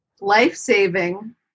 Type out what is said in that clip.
life-saving